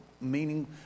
Meaning